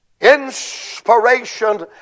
inspiration